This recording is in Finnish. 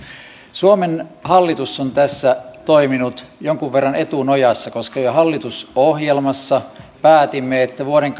suomen hallitus on tässä toiminut jonkun verran etunojassa koska jo jo hallitusohjelmassa päätimme että vuoden